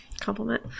Compliment